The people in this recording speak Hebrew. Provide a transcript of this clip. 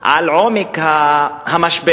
על עומק המשבר.